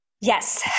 Yes